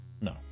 No